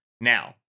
Now